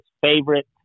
favorite